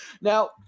Now